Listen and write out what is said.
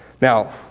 Now